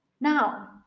Now